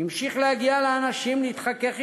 המשיך להגיע לאנשים, להתחכך אתם.